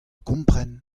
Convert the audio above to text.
kompren